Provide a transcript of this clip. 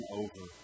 over